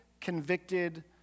convicted